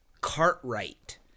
Cartwright